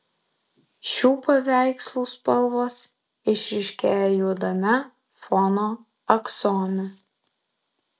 šių paveikslų spalvos išryškėja juodame fono aksome